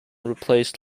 replaced